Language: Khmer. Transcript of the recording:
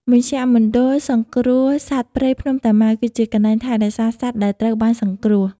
មជ្ឈមណ្ឌលសង្គ្រោះសត្វព្រៃភ្នំតាម៉ៅ គឺជាកន្លែងថែរក្សាសត្វដែលត្រូវបានសង្គ្រោះ។